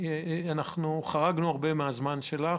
כבר חרגנו הרבה מהזמן שלך.